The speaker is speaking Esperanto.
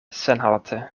senhalte